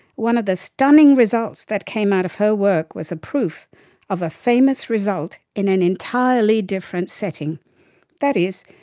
one of the stunning results that came out of her work was a proof of a famous result in an entirely different setting that is,